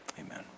amen